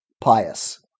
pious